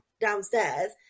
downstairs